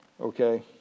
Okay